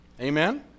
Amen